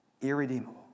irredeemable